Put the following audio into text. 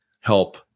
help